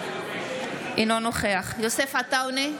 אינו נוכח יוסף עטאונה,